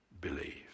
believe